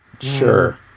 Sure